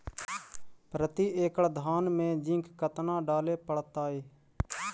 प्रती एकड़ धान मे जिंक कतना डाले पड़ताई?